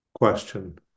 question